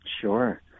Sure